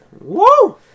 Woo